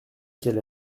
qu’elle